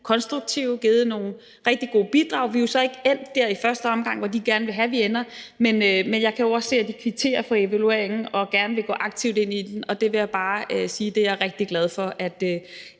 konstruktive bidrag. Vi er jo så ikke endt der i første omgang, hvor de gerne vil have vi ender. Men jeg kan jo også se, at de kvitterer for evalueringen og gerne vil gå aktivt ind i den, og det vil jeg bare sige jeg er rigtig glad for,